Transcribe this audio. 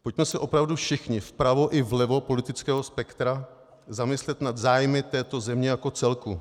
Pojďme se opravdu všichni, vpravo i vlevo politického spektra, zamyslet nad zájmy této země jako celku.